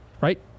Right